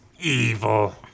evil